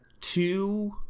two